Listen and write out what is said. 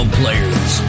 players